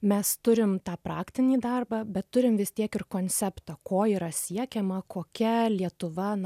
mes turim tą praktinį darbą bet turim vis tiek ir konceptą ko yra siekiama kokia lietuva